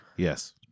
Yes